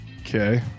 Okay